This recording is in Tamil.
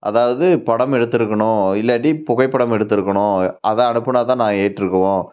அதாவது படம் எடுத்திருக்கணும் இல்லாட்டி புகைப்படம் எடுத்திருக்கணும் அதை அனுப்பினா தான் நான் ஏற்றுக்குவோம்